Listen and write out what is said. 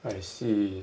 I see